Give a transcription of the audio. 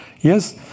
Yes